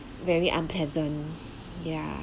very unpleasant yeah